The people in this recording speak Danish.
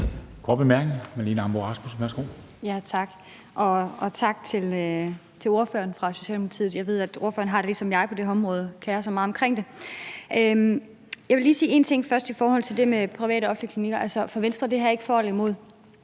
Kl. 13:15 Marlene Ambo-Rasmussen (V): Tak, og tak til ordføreren for Socialdemokratiet. Jeg ved, at ordføreren har det ligesom jeg på det her område, kerer sig meget om det. Jeg vil lige sige en ting først i forhold til det med private og offentlige klinikker. Altså, for Venstre er det her ikke for eller imod,